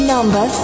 Number